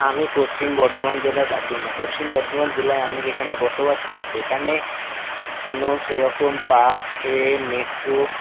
আমি পশ্চিম বর্ধমান জেলার বাসিন্দা পশ্চিম বর্ধমান জেলায় আমি যেখানে বসবাস করি সেখানে কোনো সেরকম বাস ট্রেন মেট্রো